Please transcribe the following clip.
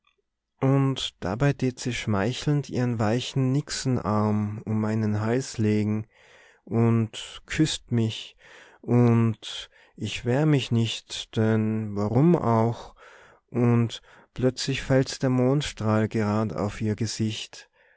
und dabei tät se schmeichelnd ihren weichen nixenarm um meinen hals legen und küßt mich und ich wehr mich nicht denn warum auch und plötzlich fällt der mondstrahl gerad auf ihr gesicht